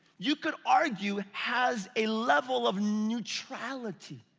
you could argue, has a level of neutrality.